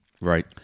Right